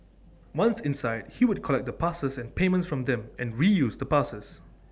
once inside he would collect the passes and payments from them and reuse the passes